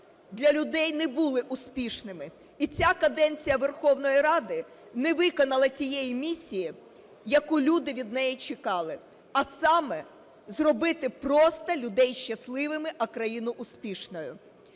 для людей не були успішними і ця каденція Верховної Ради не виконала тієї місії, яку люди від неї чекали, а саме: зробити просто людей щасливими, а країну успішною.